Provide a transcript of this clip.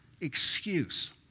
excuse